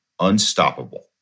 unstoppable